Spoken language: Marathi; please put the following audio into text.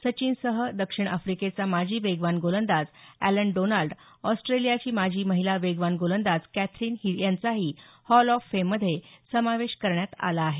सचिनसह दक्षिण अफ्रिकेचा माजी वेगवान गोलंदाज एलन डोनाल्ड ऑस्ट्रेलियाची माजी महिला वेगवान गोलंदाज कॅथरीन यांचाही हॉल ऑफ फेममध्ये समावेश करण्यात आला आहे